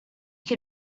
can